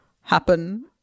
happen